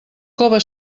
cove